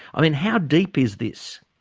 i mean, how deep is this?